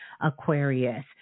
Aquarius